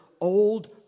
old